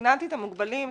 סיננתי את המוגבלים,